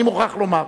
אני מוכרח לומר.